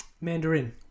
Mandarin